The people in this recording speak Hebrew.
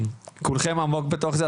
כולכם עמוק בתוך זה.